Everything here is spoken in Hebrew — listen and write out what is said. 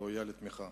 ראויה לתמיכה,